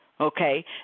Okay